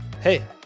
hey